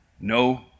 no